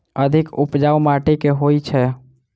अधिक उपजाउ माटि केँ होइ छै?